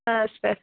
ಹಾಂ ಸರ್